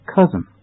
Cousin